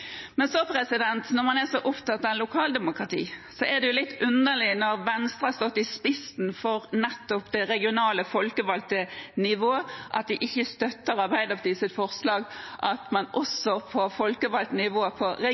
Når man er så opptatt av lokaldemokrati, er det litt underlig når Venstre har stått i spissen for nettopp det regionale folkevalgte nivå, at de ikke støtter Arbeiderpartiets forslag om at man også på folkevalgt regionnivå skal få en større rolle når det gjelder å se på